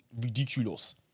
ridiculous